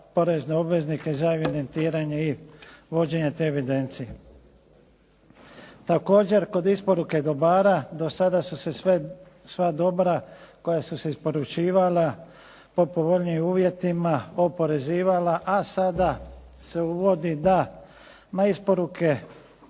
porezne obveznike, za evidentiranje i vođenje te evidencije. Također kod isporuke dobara do sada su se sva dobra koja su se ispoređivala po povoljnijim uvjetima oporezivala a sada se uvodi da na isporuke